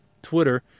twitter